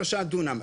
שלושה דונם.